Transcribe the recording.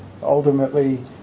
ultimately